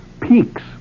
peaks